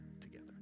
together